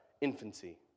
infancy